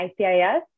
ICIS